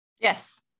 Yes